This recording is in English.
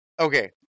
okay